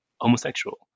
homosexual